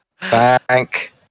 Thank